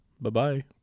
bye-bye